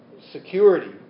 security